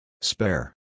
spare